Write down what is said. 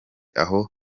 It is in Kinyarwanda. aho